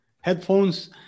headphones